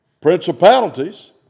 principalities